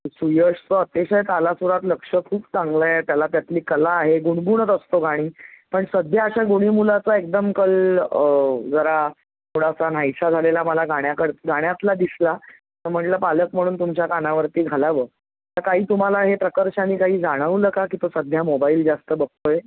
सुयशचं अतिशय तालासुरात लक्ष खूप चांगलं आहे त्याला त्यातली कला आहे गुणगुणत असतो गाणी पण सध्या अशा गुणी मुलाचं एकदम कल जरा थोडासा नाहीसा झालेला मला गाण्याकड गाण्यातला दिसला तर म्हणलं पालक म्हणून तुमच्या कानावरती घालावं तर काही तुम्हाला हे प्रकर्षानी काही जाणवलं का की तो सध्या मोबाईल जास्त बघतो आहे